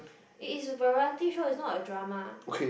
it is a variety show it's not a drama